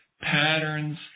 patterns